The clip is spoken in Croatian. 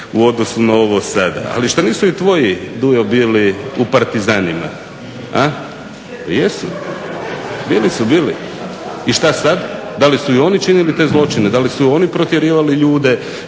u odnosu na ovo sada. Ali šta nisu i tvoji Dujo bili u partizanima? A? Pa jesu? Bili su, bili. I šta sada? Da li su i oni činili te zločine? Da li su i oni protjerivali ljude